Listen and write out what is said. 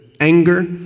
anger